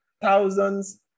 thousands